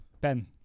Ben